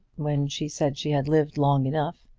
when she said she had lived long enough,